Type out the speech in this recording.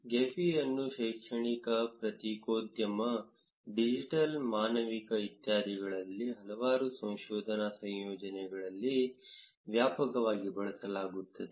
ಗೆಫಿಯನ್ನು ಶೈಕ್ಷಣಿಕ ಪತ್ರಿಕೋದ್ಯಮ ಡಿಜಿಟಲ್ ಮಾನವಿಕ ಇತ್ಯಾದಿಗಳಲ್ಲಿ ಹಲವಾರು ಸಂಶೋಧನಾ ಯೋಜನೆಗಳಲ್ಲಿ ವ್ಯಾಪಕವಾಗಿ ಬಳಸಲಾಗುತ್ತದೆ